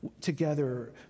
together